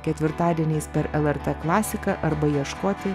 ketvirtadieniais per lrt klasiką arba ieškoti